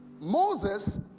moses